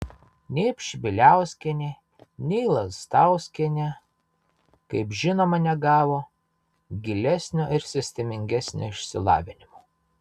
nei pšibiliauskienė nei lastauskienė kaip žinoma negavo gilesnio ir sistemingesnio išsilavinimo